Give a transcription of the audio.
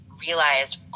realized